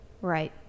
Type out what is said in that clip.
Right